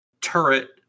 turret